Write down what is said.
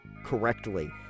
correctly